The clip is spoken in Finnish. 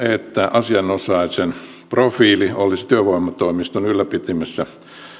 asianosaisen profiili olisi työvoimatoimiston ylläpitämissä